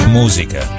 musica